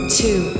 two